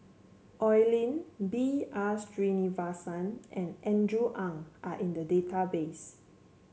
Oi Lin B R Sreenivasan and Andrew Ang are in the database